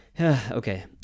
Okay